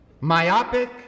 myopic